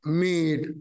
made